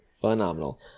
Phenomenal